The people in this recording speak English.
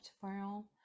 tomorrow